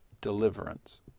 deliverance